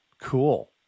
Cool